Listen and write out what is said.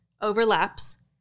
overlaps